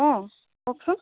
অ কওকচোন